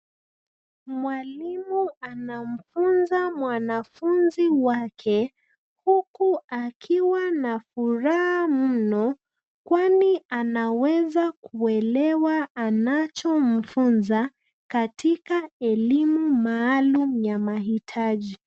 Mwalimu anamfunza mwanafunzi wake huku akiwa na furaha mno kwani anaweza kuelewa anachomfunza katika elimu maalum ya mahitaji.